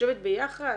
לשבת ביחד.